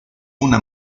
una